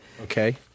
Okay